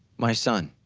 my son,